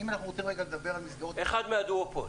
אחד מהדואופול.